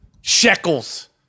Shekels